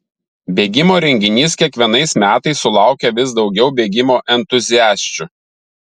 bėgimo renginys kiekvienais metais sulaukia vis daugiau bėgimo entuziasčių